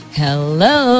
hello